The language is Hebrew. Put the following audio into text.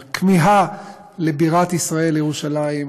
הכמיהה לבירת ישראל ירושלים,